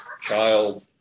child